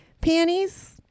panties